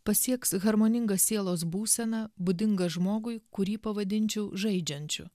pasieks harmoningą sielos būseną būdingą žmogui kurį pavadinčiau žaidžiančiu